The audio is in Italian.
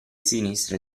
sinistra